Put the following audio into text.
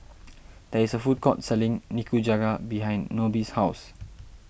there is a food court selling Nikujaga behind Nobie's house